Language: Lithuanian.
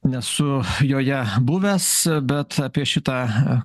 nesu joje buvęs bet apie šitą